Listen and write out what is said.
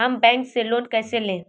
हम बैंक से लोन कैसे लें?